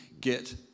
get